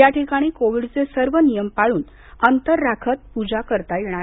या ठिकाणी कोविडचे सर्व नियम पाळून अंतर राखत पूजा करता येणार आहे